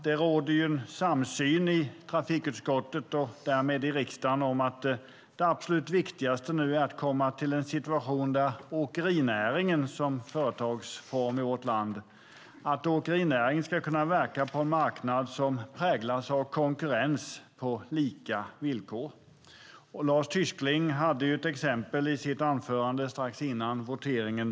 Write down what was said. Det råder en samsyn i trafikutskottet och därmed i riksdagen om att det absolut viktigaste nu är att komma till en situation där åkerinäringen som företagsform i vårt land ska kunna verka på en marknad som präglas av konkurrens på lika villkor. Lars Tysklind hade ett exempel i sitt anförande strax före voteringen.